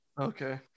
Okay